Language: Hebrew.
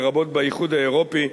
לרבות באיחוד האירופי,